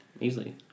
Easily